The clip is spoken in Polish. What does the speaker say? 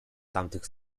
tamtych